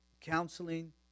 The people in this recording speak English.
counseling